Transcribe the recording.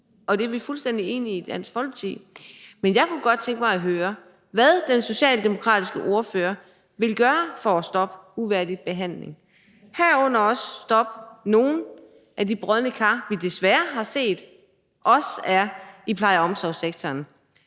Og det er vi fuldstændig enige i i Dansk Folkeparti. Men jeg kunne godt tænke mig at høre, hvad den socialdemokratiske ordfører vil gøre for at stoppe uværdig behandling, herunder også stoppe nogle af de brodne kar, vi desværre har set også er i pleje- og omsorgssektoren.